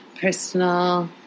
personal